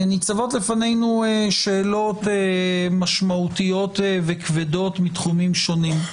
ניצבות לפנינו שאלות משמעותיות וכבדות מתחומים שונים,